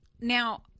Now